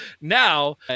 now